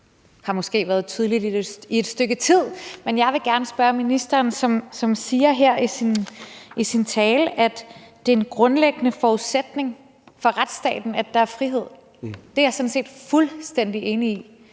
Det har måske været tydeligt i et stykke tid, men jeg har et spørgsmål til ministeren, som siger her i sin tale, at det er en grundlæggende forudsætning for retsstaten, at der er frihed. Det er jeg sådan set fuldstændig enig i,